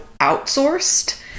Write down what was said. Outsourced